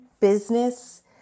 business